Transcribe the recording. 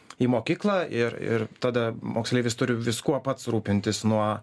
į mokyklą ir ir tada moksleivis turi viskuo pats rūpintis nuo